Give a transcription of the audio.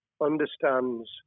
understands